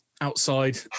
outside